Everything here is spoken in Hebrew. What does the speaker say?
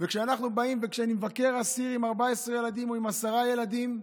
וכשאני מבקר אסיר עם 14 ילדים או עם עשרה ילדים,